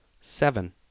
Seven